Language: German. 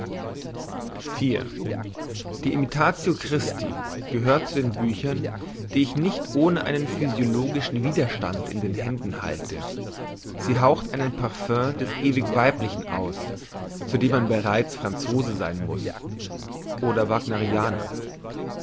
die imitatio christi gehört zu den büchern die ich nicht ohne einen physiologischen widerstand in den händen halte sie haucht einen parfum des ewig weiblichen aus zu dem man bereits franzose sein muss oder